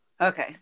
Okay